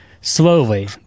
Slowly